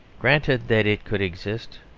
granted that it could exist,